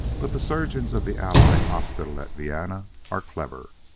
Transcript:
but the surgeons of the allied hospital at vienna are clever.